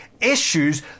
issues